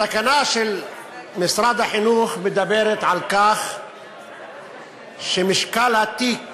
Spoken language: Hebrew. התקנה של משרד החינוך אומרת שמשקל התיק